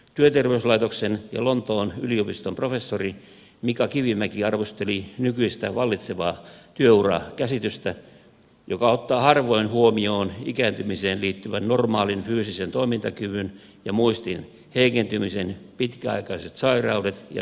työterveyslaitoksen ja lontoon yliopiston professori mika kivimäki arvosteli nykyistä vallitsevaa työurakäsitystä joka ottaa harvoin huomioon ikääntymiseen liittyvän normaalin fyysisen toimintakyvyn ja muistin heikentymisen pitkäaikaiset sairaudet ja niin edelleen